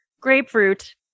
Grapefruit